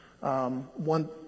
One